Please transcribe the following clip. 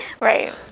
Right